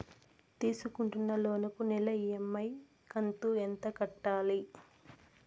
తీసుకుంటున్న లోను కు నెల ఇ.ఎం.ఐ కంతు ఎంత కట్టాలి?